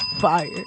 fire